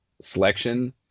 selection